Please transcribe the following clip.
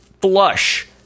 flush